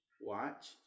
watch